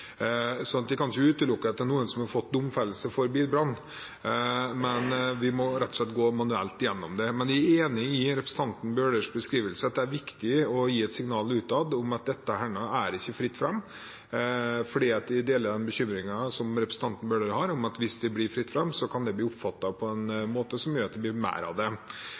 vi kan ikke utelukke at det er noen som har fått domfellelse for bilbrann, men vi må rett og slett gå manuelt gjennom det. Men jeg er enig i representanten Bøhlers beskrivelse, at det er viktig å gi et signal utad om at det er ikke fritt fram, for jeg deler den bekymringen som representanten Bøhler har om at hvis det blir fritt fram, kan det bli oppfattet på en måte som gjør at det blir mer av det.